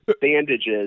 bandages